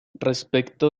respecto